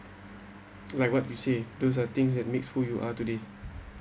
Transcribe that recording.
like what you say those are things that makes who you are today